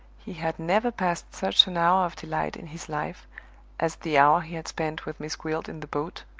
he had never passed such an hour of delight in his life as the hour he had spent with miss gwilt in the boat,